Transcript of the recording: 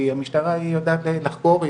כי המשטרה היא יודעת לחקור,